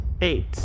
eight